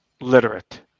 literate